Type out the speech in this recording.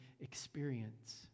experience